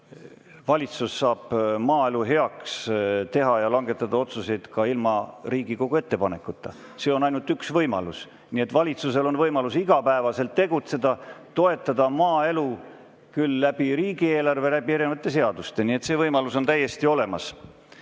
Valitsus saab maaelu heaks teha ja langetada otsuseid ka ilma Riigikogu ettepanekuta. See on ainult üks võimalus. Nii et valitsusel on võimalus [sellega] igapäevaselt tegutseda, toetada maaelu küll läbi riigieelarve, läbi erinevate seaduste. Nii et see võimalus on täiesti olemas